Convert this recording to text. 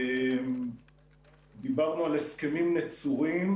דיברנו על הסכמים נצורים,